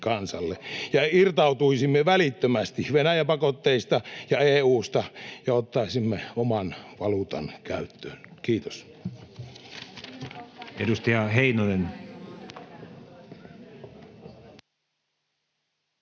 ja irtautuisimme välittömästi Venäjä-pakotteista ja EU:sta ja ottaisimme oman valuutan käyttöön. — Kiitos.